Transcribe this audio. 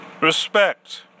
Respect